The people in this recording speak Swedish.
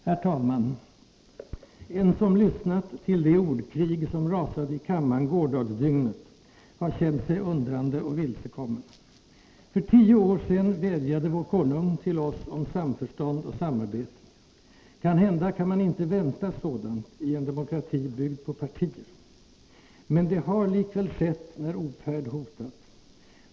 Herr talman! En som lyssnat till det ordkrig, som rasade i kammarn gårdagsdygnet, har känt sig undrande och vilsekommen. För tio år sen vädjade vår konung till oss om samförstånd och samarbete. Kanhända kan man inte vänta sådant i en demokrati byggd på partier? Men det har likväl skett när ofärd hotat.